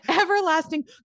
everlasting